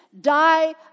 die